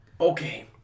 Okay